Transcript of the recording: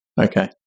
okay